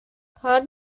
har